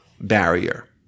barrier